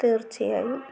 തീർച്ചയായും